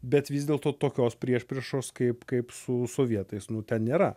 bet vis dėlto tokios priešpriešos kaip kaip su sovietais nu ten nėra